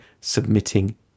submitting